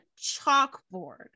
chalkboard